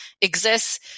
exists